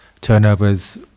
turnovers